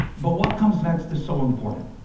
but what comes next is so important,